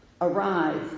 Arise